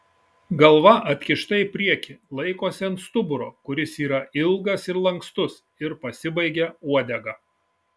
galva atkišta į priekį laikosi ant stuburo kuris yra ilgas ir lankstus ir pasibaigia uodega